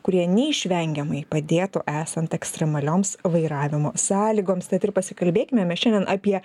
kurie neišvengiamai padėtų esant ekstremalioms vairavimo sąlygoms tad ir pasikalbėkime mes šiandien apie